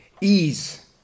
ease